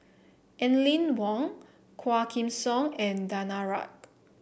Aline Wong Quah Kim Song and Danaraj